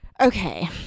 Okay